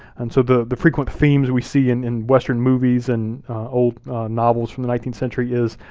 and so the the frequent themes we see in western movies and old novels from the nineteenth century is,